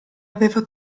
aveva